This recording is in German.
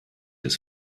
des